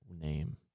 name